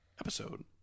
episode